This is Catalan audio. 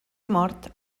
mort